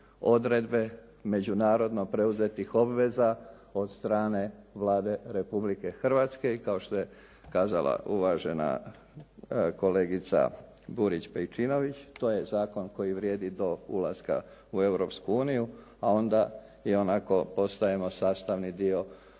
odredbe međunarodno preuzetih obveza od strane Vlade Republike Hrvatske kao što je kazala uvažena kolegica Burić-Pejčinović. To je zakon koji vrijedi do ulaska u Europsku uniju, a onda ionako postajemo sastavni dio